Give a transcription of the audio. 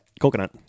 Coconut